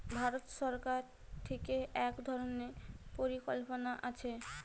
ভারত সরকার থিকে এক ধরণের পরিকল্পনা আছে